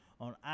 on